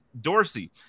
Dorsey